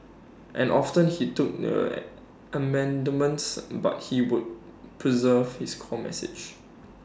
and often he took in their amendments but he would preserve his core message